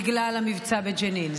בגלל המבצע בג'נין.